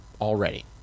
already